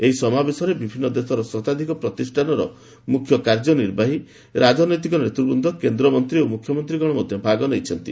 ଏହି ସମାବେଶରେ ବିଭିନ୍ନ ଦେଶର ଶତାଧିକ ପ୍ରତିଷ୍ଠାନର ମୁଖ୍ୟ କାର୍ଯ୍ୟ ନିର୍ବାହୀ ରାଜନୈତିକ ନେତୃବୃଦ କେନ୍ଦ୍ରମନ୍ତ୍ରୀ ଓ ମୁଖ୍ୟମନ୍ତ୍ରୀ ଗଣ ମଧ୍ୟ ଭାଗ ନେଇଛନ୍ତି